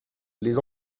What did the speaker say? les